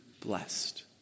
blessed